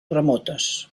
remotes